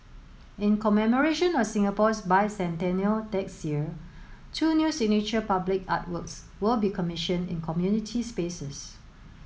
in commemoration of Singapore's Bicentennial next year two new signature public artworks will be commissioned in community spaces